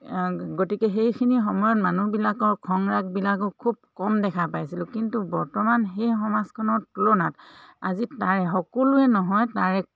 গতিকে সেইখিনি সময়ত মানুহবিলাকৰ খং ৰাগবিলাকো খুব কম দেখা পাইছিলোঁ কিন্তু বৰ্তমান সেই সমাজখনৰ তুলনাত আজি তাৰে সকলোৱে নহয় তাৰে